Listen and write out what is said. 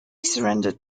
surrendered